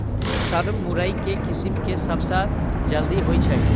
Sir मुरई केँ किसिम केँ सबसँ जल्दी होइ छै?